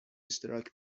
اشتراک